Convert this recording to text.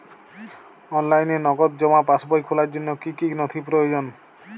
অনলাইনে নগদ জমা পাসবই খোলার জন্য কী কী নথি প্রয়োজন?